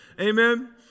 Amen